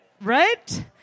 right